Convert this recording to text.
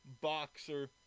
boxer